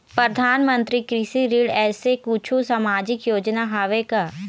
परधानमंतरी कृषि ऋण ऐसे कुछू सामाजिक योजना हावे का?